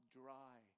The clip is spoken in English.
dry